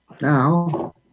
Now